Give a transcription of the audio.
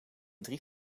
drie